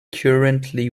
currently